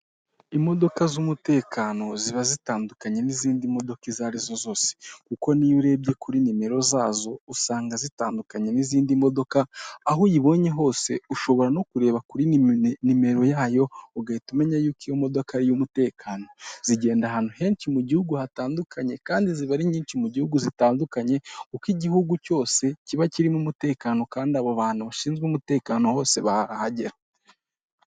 Imodoka z'umutekano ziba zitandukanye n'izindi modoka izo ari zo zose, kuko n'iyo urebye kuri nimero zazo, usanga zitandukanye n'izindi modoka, aho uyibonye hose ushobora no kureba kuri nimero yayo ugahita umenya yuko iyo modoka ari iy'umutekano, zigenda ahantu henshi mu gihugu hatandukanye, kandi ziba ari nyinshi mu gihugu zitandukanye, kuko igihugu cyose kiba kirimo umutekano kandi abo bantu bashinzwe umutekano hose barahagera.